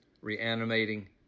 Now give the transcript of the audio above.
reanimating